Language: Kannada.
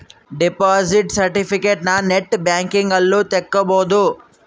ದೆಪೊಸಿಟ್ ಸೆರ್ಟಿಫಿಕೇಟನ ನೆಟ್ ಬ್ಯಾಂಕಿಂಗ್ ಅಲ್ಲು ತಕ್ಕೊಬೊದು